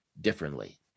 differently